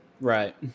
right